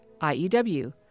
IEW